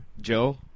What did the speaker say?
Joe